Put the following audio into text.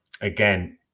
again